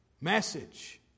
message